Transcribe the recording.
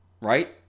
right